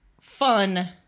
fun